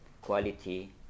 quality